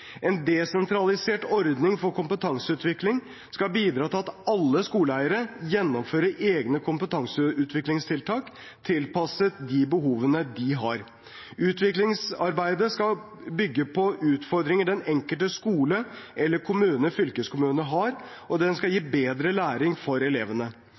En desentralisert ordning for kompetanseutvikling skal bidra til at alle skoleeiere gjennomfører egne kompetanseutviklingstiltak tilpasset de behovene de har. Utviklingsarbeidet skal bygge på utfordringer den enkelte skole eller kommune/fylkeskommune har, og det skal gi bedre læring for elevene.